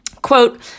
Quote